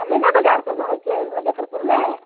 आ मीना बजार सभ रहैत छै मुजफ्फरपुरमे